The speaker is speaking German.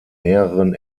mehreren